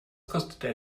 kostet